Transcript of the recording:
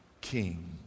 king